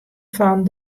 fan